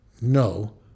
no